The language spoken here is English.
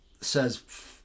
says